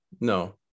no